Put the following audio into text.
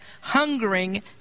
hungering